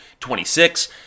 26